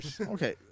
Okay